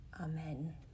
Amen